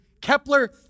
Kepler